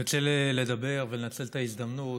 אני רוצה לדבר, לנצל את ההזדמנות,